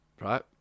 right